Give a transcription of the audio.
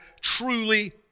truly